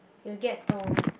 you get to